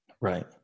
Right